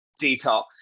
Detox